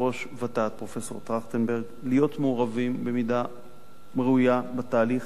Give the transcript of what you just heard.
ות"ת פרופסור טרכטנברג להיות מעורבים במידה ראויה בתהליך,